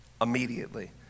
immediately